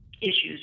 issues